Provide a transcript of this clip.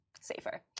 safer